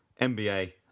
NBA